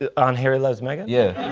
ah on harry loves meghan? yeah.